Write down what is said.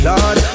Lord